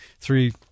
three